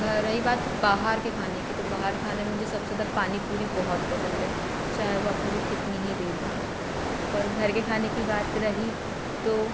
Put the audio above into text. रही बात बाहर के खाने की तो बाहर खाने में मुझे सबसे ज़्यादा पानी पूरी बहुत पसंद है चाहे वह आप मुझे कितनी ही दे दो और घर के खाने की बात रही तो